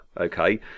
okay